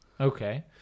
okay